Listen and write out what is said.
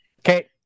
Okay